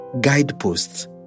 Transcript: guideposts